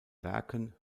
werken